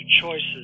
choices